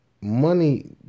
money